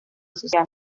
social